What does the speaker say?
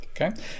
Okay